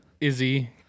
Izzy